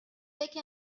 take